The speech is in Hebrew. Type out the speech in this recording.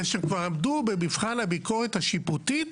ושכבר עמדו במבחן הביקורת השיפוטית,